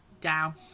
down